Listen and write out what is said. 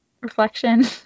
reflection